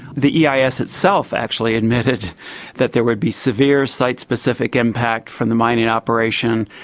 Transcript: the eis itself actually admitted that there would be severe site specific impact from the mining operation,